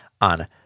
on